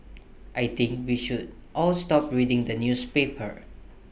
I think we should all stop reading the newspaper